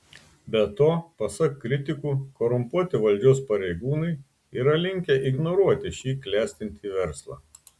be to pasak kritikų korumpuoti valdžios pareigūnai yra linkę ignoruoti šį klestintį verslą